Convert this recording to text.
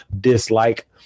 dislike